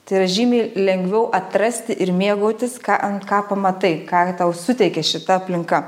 tai yra žymiai lengviau atrasti ir mėgautis ką an ką pamatai ką tau suteikia šita aplinka